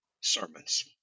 sermons